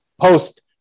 post